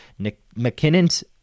McKinnon's